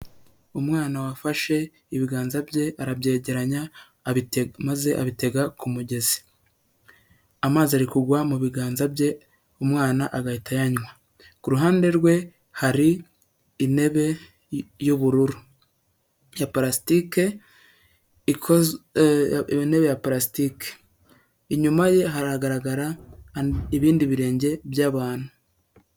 Umwana wafashe ibiganza bye arabyegeranya abitega maze abitega ku mugezi. Amazi ari kugwa mu biganza bye, umwana agahita ayanywa, kuruhande rwe hari intebe y'ubururu ya parasitike, ikozwe, intebe ya purasitiki, inyuma ye haragaragara ibindi birenge by'abantu.